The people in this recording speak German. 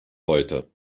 heute